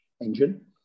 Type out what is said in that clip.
engine